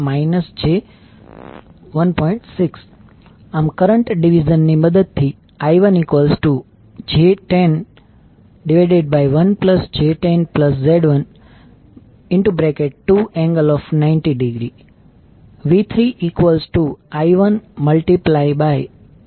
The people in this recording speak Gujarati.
6 આમ કરંટ ડીવીઝન ની મદદથી I1j101j10Z12∠ 90 V3I112